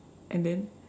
and then